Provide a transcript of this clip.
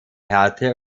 härte